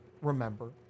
remember